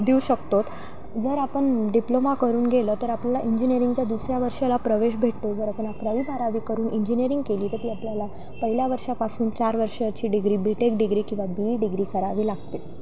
देऊ शकतोत जर आपण डिप्लोमा करून गेलं तर आपल्याला इंजिनिअरिंगच्या दुसऱ्या वर्षाला प्रवेश भेटतो जर आपण अकरावी बारावी करून इंजिनिअरिंग केली तर ती आपल्याला पहिल्या वर्षापासून चार वर्षाची डिग्री बी टेक डिग्री किंवा बी ई डिग्री करावी लागते